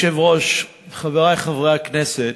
אדוני היושב-ראש, חברי חברי הכנסת,